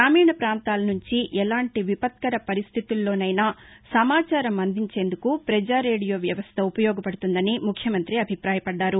గ్రామీణ ప్రాంతాలనుంచి ఎలాంటి విపత్కర పరిస్ణితుల్లోనైనా సమాచారం అందించేందుకు ప్రజా రేడియో వ్యవస్థ ఉపయోగపడుతుందని ముఖ్యమంత్రి అభిపాయపడ్డారు